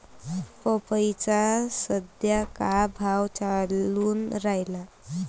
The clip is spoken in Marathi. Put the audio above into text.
पपईचा सद्या का भाव चालून रायला?